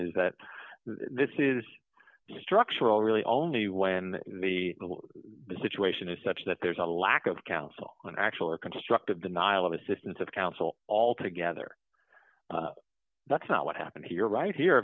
is that this is structural really only when the situation is such that there's a lack of counsel on actual or constructive denial of assistance of counsel all together that's not what happened here right here